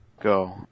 Go